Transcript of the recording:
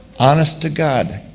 honest to god,